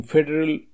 Federal